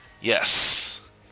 Yes